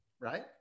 right